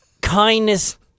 kindness